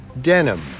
denim